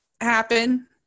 happen